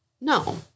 No